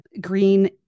Green